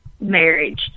marriage